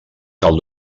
cal